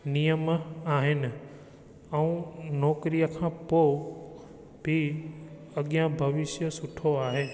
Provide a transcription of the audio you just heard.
नियम आहिनि ऐं नौकिरीअ खां पोइ बि अॻियां भविष्य सुठो आहे